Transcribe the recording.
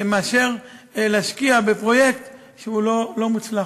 מאשר להשקיע בפרויקט שהוא לא מוצלח,